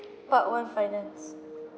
part one finance